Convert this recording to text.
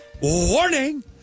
Warning